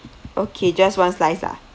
okay just one slice ah